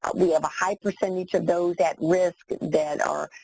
we have a high percentage of those at risk that are